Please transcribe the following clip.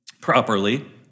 properly